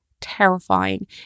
terrifying